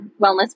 wellness